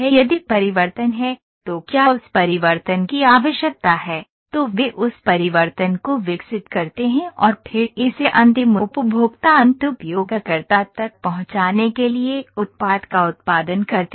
यदि परिवर्तन है तो क्या उस परिवर्तन की आवश्यकता है तो वे उस परिवर्तन को विकसित करते हैं और फिर इसे अंतिम उपभोक्ता अंत उपयोगकर्ता तक पहुंचाने के लिए उत्पाद का उत्पादन करते हैं